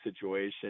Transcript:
situation